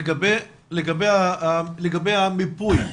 לגבי המיפוי,